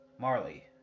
Marley